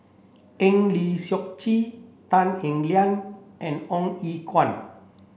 Eng Lee Seok Chee Tan Eng Liang and Ong Ye Kung